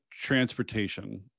transportation